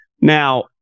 now